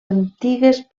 antigues